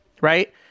right